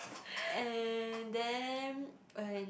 and then and